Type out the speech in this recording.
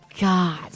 God